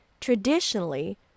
Traditionally